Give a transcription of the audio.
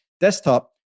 desktop